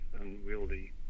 unwieldy